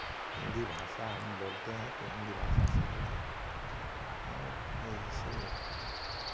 हिन्दी भाषा हम बोलते हैं तो हिन्दी भाषा सरल है ए जैसे